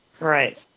right